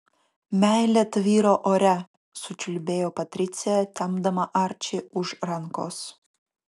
meilė tvyro ore sučiulbėjo patricija tempdama arčį už rankos